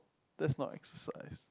that's not exercise